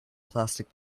plastic